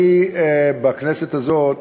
אני, בכנסת הזאת,